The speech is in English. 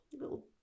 little